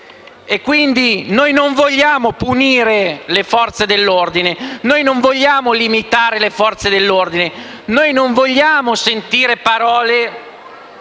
Quindi noi non vogliamo punire le Forze dell'ordine, noi non vogliamo limitare le Forze dell'ordine, noi non vogliamo sentir dire